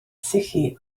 sychu